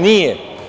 Nije.